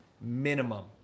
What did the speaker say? Minimum